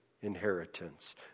inheritance